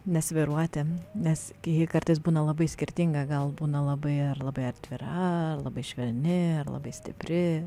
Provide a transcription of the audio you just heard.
nesvyruoti nes ji kartais būna labai skirtinga gal būna labai ar labai atvira labai švelni ir labai stipri